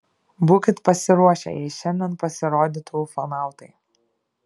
būkit pasiruošę jei šiandien pasirodytų ufonautai